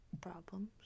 problems